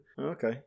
Okay